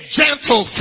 gentle